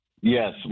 Yes